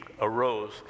arose